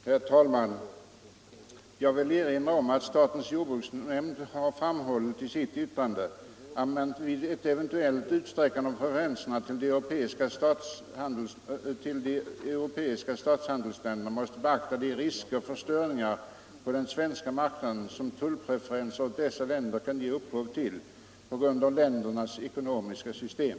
Herr talman! Jag vill erinra om att statens jordbruksnämnd i sitt yttrande har framhållit ”att man vid ett eventuellt utsträckande av preferenserna till europeiska statshandelsländer måste beakta de risker för störning på den svenska marknaden som tullpreferenser åt dessa länder kan ge upphov till på grund av ländernas ekonomiska system”.